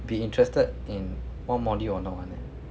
be interested in one module or not [one] eh